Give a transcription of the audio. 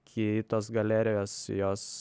kitos galerijos jos